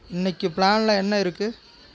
இன்னிக்கு பிளானில் என்ன இருக்கு